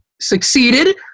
succeeded